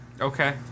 Okay